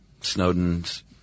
Snowden's